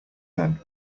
then